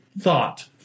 thought